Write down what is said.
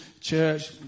Church